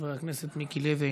חבר הכנסת מיקי לוי,